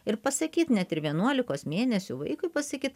ir pasakyt net ir vienuolikos mėnesių vaikui pasakyt